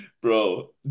bro